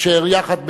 אשר יחד,